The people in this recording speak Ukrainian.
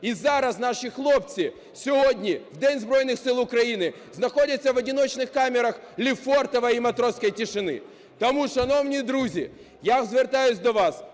І зараз наші хлопці, сьогодні, в День Збройних Сил України, знаходяться в одиночных камерах "Лефортово" и "Матроской тишины". Тому, шановні друзі, я звертаюсь до вас.